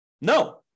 No